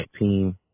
team